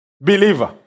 believer